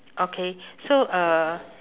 okay so uh